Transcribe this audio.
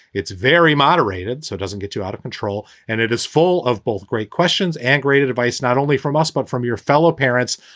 it's very moderated. so it doesn't get you out of control. and it is full of both great questions and great advice, not only from us, but from your fellow parents,